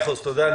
תודה.